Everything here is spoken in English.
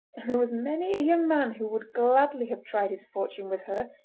and there was many a young man who would gladly have tried his fortune with her,